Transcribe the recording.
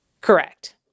Correct